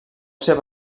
ser